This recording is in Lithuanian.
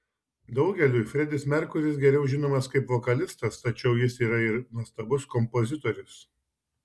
daugeliui fredis merkuris geriau žinomas kaip vokalistas tačiau jis yra ir nuostabus kompozitorius